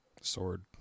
Sword